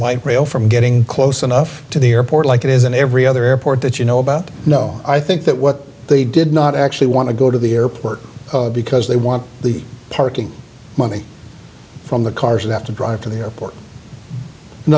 light rail from getting close enough to the airport like it is in every other airport that you know about no i think that what they did not actually want to go to the airport because they want the parking money from the cars they have to drive to the airport in